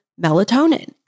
melatonin